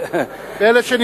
לא שומעים את התוכחה,